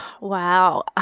Wow